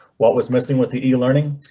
what was missing with the e learning?